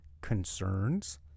concerns